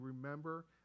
remember